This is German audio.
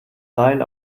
seil